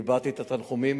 הבעתי תנחומים.